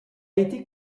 été